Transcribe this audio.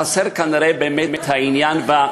חסר כאן הרי העניין, היא לא